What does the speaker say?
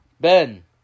Ben